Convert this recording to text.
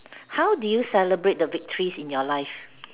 how do you celebrate the victories in your life